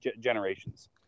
generations